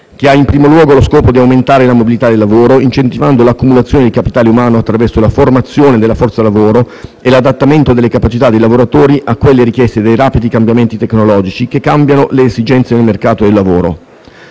che ha in primo luogo lo scopo di aumentare la mobilità del lavoro, incentivando l'accumulazione di capitale umano attraverso la formazione della forza lavoro e l'adattamento delle capacità dei lavoratori a quelle richieste dai rapidi cambiamenti tecnologici, che cambiano le esigenze del mercato del lavoro.